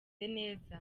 neza